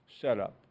setup